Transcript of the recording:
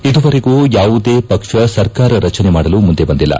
ಇದುವರೆಗೂ ಯಾವುದೇ ಪಕ್ಷ ಸರ್ಕಾರ ರಜನೆ ಮಾಡಲು ಮುಂದೆ ಬಂದಿಲ್ಲ